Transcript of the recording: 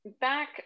Back